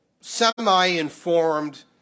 semi-informed